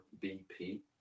B-P